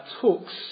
talks